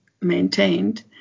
maintained